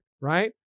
right